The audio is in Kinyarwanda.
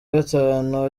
gatanu